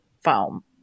foam